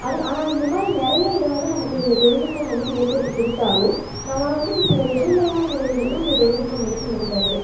அது ஆனால் இந்தமாதிரி நிறையா இதை வந்து நமக்கு இந்த தொழில்நுட்பம் வந்துவிட்டு ஏற்படுத்தி கொடுத்தாலும் நம்ம வந்துவிட்டு சில எதிர்மறையான விளைவுகளையும் இந்த தொழில்நுட்பம் வந்துவிட்டு நமக்கு தருது